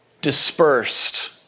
dispersed